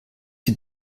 die